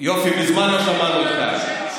אלכס, יופי, מזמן לא שמענו אותך.